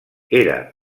era